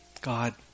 God